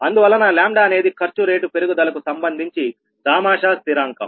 అందువలన అనేది ఖర్చు రేటు పెరుగుదల కు సంబంధించి దామాషా స్థిరాంకం